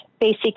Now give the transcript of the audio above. basic